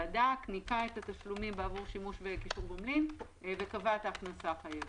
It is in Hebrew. ניכה את התשלומים בעבור שימוש בקישור גומלין וקבע את ההכנסה החייבת.